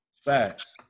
Facts